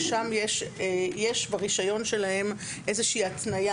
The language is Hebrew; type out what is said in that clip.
שיש ברישיון שלהן התניה